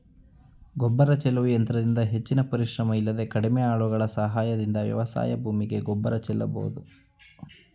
ಗೊಬ್ಬರ ಚೆಲ್ಲುವ ಯಂತ್ರದಿಂದ ಹೆಚ್ಚಿನ ಪರಿಶ್ರಮ ಇಲ್ಲದೆ ಕಡಿಮೆ ಆಳುಗಳ ಸಹಾಯದಿಂದ ವ್ಯವಸಾಯ ಭೂಮಿಗೆ ಗೊಬ್ಬರ ಚೆಲ್ಲಬೋದು